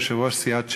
יושב-ראש סיעת ש"ס,